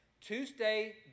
Tuesday